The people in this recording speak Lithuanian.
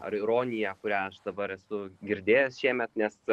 ar ironija kurią dabar esu girdėjęs šiemet nes